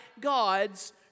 God's